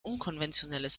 unkonventionelles